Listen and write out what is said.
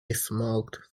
smoked